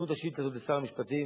תפנו את השאילתא הזאת לשר המשפטים,